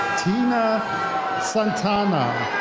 tina santana.